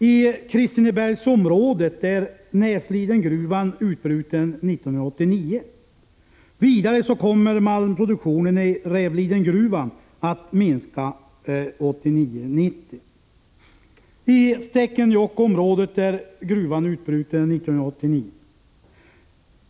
I Kristinebergsområdet är Näslidengruvan utbruten 1989. Vidare kommer malmproduktionen i Rävlidengruvan att minska 1989—1990. I Stekenjokkområdet är gruvan utbruten 1989.